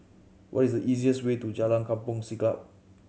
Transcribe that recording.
what is the easiest way to Jalan Kampong Siglap